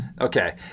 Okay